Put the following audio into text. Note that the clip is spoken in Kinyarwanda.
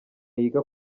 yiga